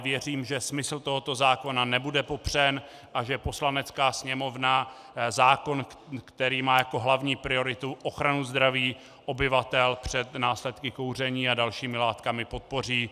Věřím ale, že smysl tohoto zákona nebude popřen a že Poslanecká sněmovna zákon, který má jako hlavní prioritu ochranu zdraví obyvatel před následky kouření a dalšími látkami, podpoří.